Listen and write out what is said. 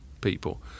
people